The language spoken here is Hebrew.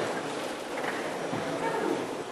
מס'